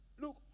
Look